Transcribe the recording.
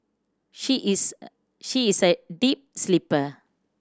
she is a she is a deep sleeper